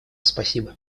спасибо